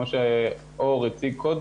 אור,